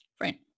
Right